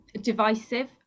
divisive